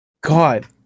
God